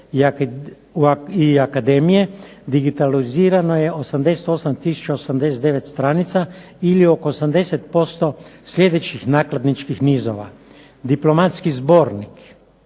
i akademije. Digitalizirano je 88089 stranica ili oko 80% sljedećih nakladničkih nizova. Diplomatski zbornik,